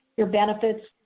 your benefits,